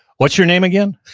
what's your name again?